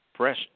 Press